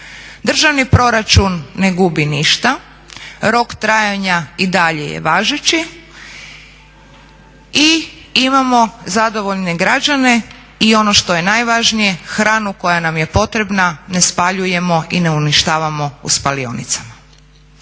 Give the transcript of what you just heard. Državni proračun ne gubi ništa, rok trajanja i dalje je važeći i imamo zadovoljne građane i ono što je najvažnije hranu koja nam je potrebna ne spaljujemo i ne uništavamo u spalionicama.